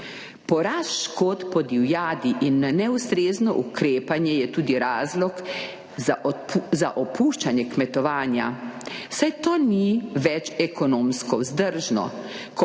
Porast škod po divjadi in neustrezno ukrepanje je tudi razlog za opuščanje kmetovanja, saj to ni več ekonomsko vzdržno, ko